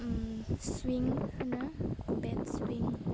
ओम सुविं होनो बेट सुविं